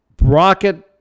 rocket